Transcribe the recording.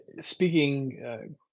speaking